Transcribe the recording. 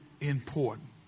important